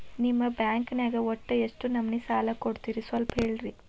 ನಿಮ್ಮ ಬ್ಯಾಂಕ್ ನ್ಯಾಗ ಒಟ್ಟ ಎಷ್ಟು ನಮೂನಿ ಸಾಲ ಕೊಡ್ತೇರಿ ಸ್ವಲ್ಪ ಹೇಳ್ರಿ